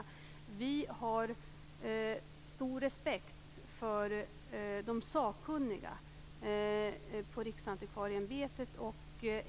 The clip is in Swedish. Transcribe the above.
Vi har stor respekt för de sakkunniga på Riksantikvarieämbetet.